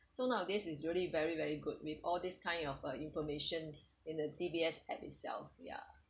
so nowadays it's really very very good with all these kind of uh information in the D_B_S app itself ya